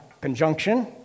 Conjunction